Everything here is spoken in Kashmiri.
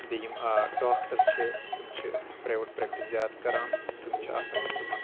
بیٚیہِ یِم ڈاکٹر چھ تمہٕ چھ پرٛایویٹ پرٮ۪کٹِس زیٛادٕ کران تم چھ آسان یُس تِمن